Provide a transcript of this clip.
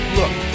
look